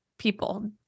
People